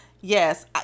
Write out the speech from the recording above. Yes